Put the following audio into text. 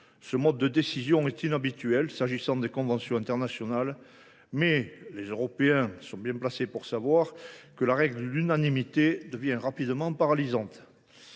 Ce mode de décision est inhabituel dans le cadre des conventions internationales, mais les Européens sont bien placés pour savoir que la règle de l’unanimité devient rapidement paralysante.